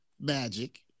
Magic